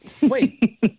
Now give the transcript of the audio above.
Wait